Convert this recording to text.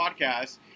podcast